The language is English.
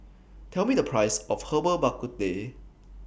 Tell Me The Price of Herbal Bak Ku Teh